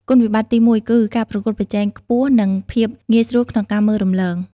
គុណវិបត្តិទីមួយគឺ ការប្រកួតប្រជែងខ្ពស់និងភាពងាយស្រួលក្នុងការមើលរំលង។